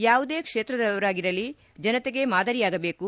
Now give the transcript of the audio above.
ಯಾವುದೇ ಕ್ಷೇತ್ರದವರಾಗಿರಲಿ ಜನತೆಗೆ ಮಾದರಿಯಾಗಬೇಕು